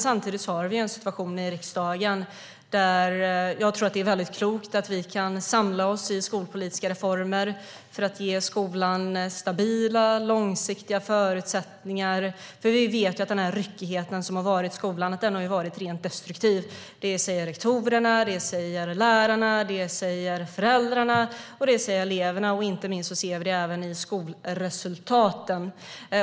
Samtidigt har vi en sådan situation i riksdagen då jag tror att det är mycket klokt att vi kan samlas i fråga om skolpolitiska reformer för att ge skolan stabila och långsiktiga förutsättningar. Vi vet nämligen att den ryckighet som har varit i skolan har varit rent destruktiv. Det säger rektorerna, det säger lärarna, det säger föräldrarna och det säger eleverna. Inte minst ser vi det även i skolresultaten.